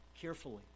carefully